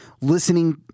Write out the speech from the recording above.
listening